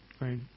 right